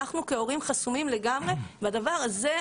אנחנו כהורים חסומים לגמרי והדבר הזה,